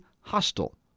hostile